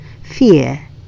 Fear